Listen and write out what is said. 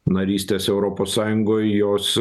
narystės europos sąjungoj jos